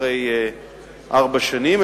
אחרי ארבע שנים,